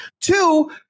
Two